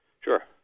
Sure